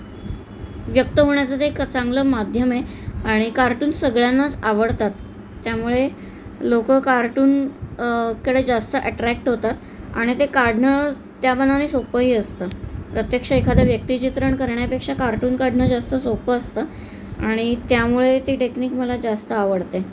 व्यक्त होण्याचं ते एक चांगलं माध्यम आहे आणि कार्टून सगळ्यांनाच आवडतात त्यामुळे लोक कार्टून कडे जास्त ॲट्रॅक्ट होतात आणि ते काढणं त्यामानाने सोपंही असतं प्रत्यक्ष एखादं व्यक्तिचित्रण करण्यापेक्षा कार्टून काढणं जास्त सोपं असतं आणि त्यामुळे ते टेक्निक मला जास्त आवडते